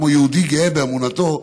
כמו יהודי גאה באמונתו.